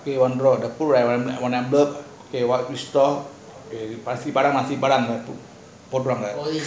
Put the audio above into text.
the two by one number in one stall